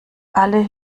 alle